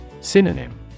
Synonym